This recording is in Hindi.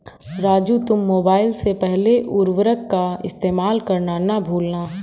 राजू तुम मोबाइल से पहले उर्वरक का इस्तेमाल करना ना भूलना